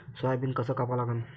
Soybean कस कापा लागन?